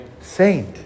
saint